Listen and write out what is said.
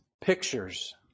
pictures